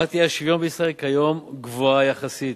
רמת האי-שוויון בישראל כיום גבוהה יחסית.